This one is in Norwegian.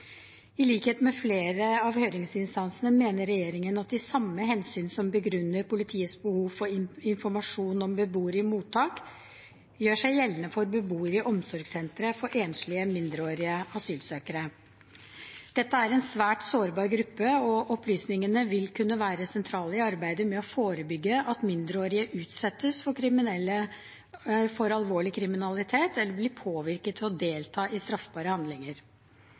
I likhet med flere av høringsinstansene mener regjeringen at de samme hensyn som begrunner politiets behov for informasjon om beboere i mottak, gjør seg gjeldende for beboere i omsorgssentre for enslige mindreårige asylsøkere. Dette er en svært sårbar gruppe, og opplysningene vil kunne være sentrale i arbeidet med å forebygge at mindreårige utsettes for alvorlig kriminalitet eller blir påvirket til å delta i straffbare handlinger.